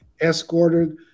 escorted